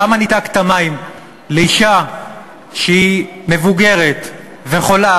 למה ניתקת מים לאישה שהיא מבוגרת וחולה?